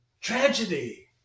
Tragedy